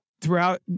throughout